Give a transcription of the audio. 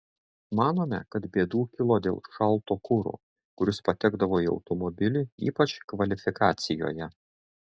manome kad bėdų kilo dėl šalto kuro kuris patekdavo į automobilį ypač kvalifikacijoje